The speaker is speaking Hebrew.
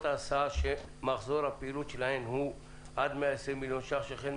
ההסעה שמחזור הפעילות שלהן הוא עד 120 מיליון שקלים,